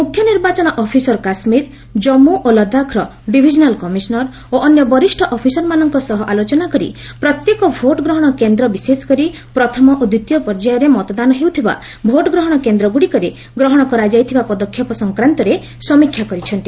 ମୁଖ୍ୟ ନିର୍ବାଚନ ଅଫିସର କାଶ୍ମୀର ଜନ୍ମୁ ଓ ଲଦାଖ୍ର ଡିଭିଜନାଲ୍ କମିଶନର୍ ଓ ଅନ୍ୟ ବରିଷ୍ଣ ଅଫିସରମାନଙ୍କ ସହ ଆଲୋଚନା କରି ପ୍ରତ୍ୟେକ ଭୋଟ୍ ଗ୍ରହଣ କେନ୍ଦ୍ର ବିଶେଷକରି ପ୍ରଥମ ଓ ଦ୍ୱିତୀୟ ପର୍ଯ୍ୟାୟରେ ମତଦାନ ହେଉଥିବା ଭୋଟ୍ଗ୍ରହଣ କେନ୍ଦ୍ରଗୁଡ଼ିକରେ ଗ୍ରହଣ କରାଯାଇଥିବା ପଦକ୍ଷେପ ସଂକ୍ରାନ୍ତରେ ସମୀକ୍ଷା କରିଛନ୍ତି